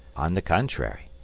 on the contrary,